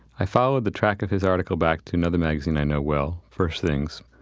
i followed the track of his article back to another magazine i know well, first things.